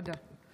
תודה.